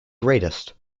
greatest